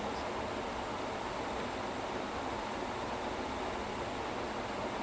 because time travel allows you to anything you want to learn you have forever to learn it